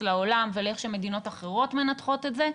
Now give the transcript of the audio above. לעולם ולאיך שמדינות אחרות מנתחות את זה,